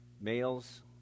males